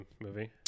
movie